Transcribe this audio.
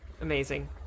amazing